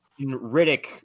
Riddick